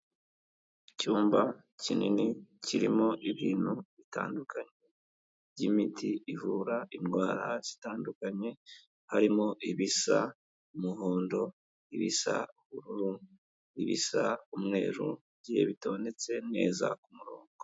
Icyumba kinini kirimo ibintu bitandukanye by'imiti ivura indwara zitandukanye, harimo ibisa umuhondo, ibisa ubururu, ibisa umweru, bigiye bitondetse neza ku murongo.